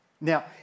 Now